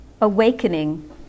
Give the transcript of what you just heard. awakening